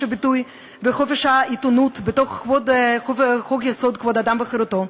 הביטוי וחופש העיתונות בחוק-יסוד: כבוד האדם וחירותו.